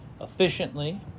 efficiently